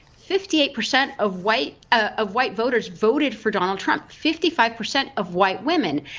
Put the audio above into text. fifty eight percent of white ah of white voters voted for donald trump. fifty five percent of white women.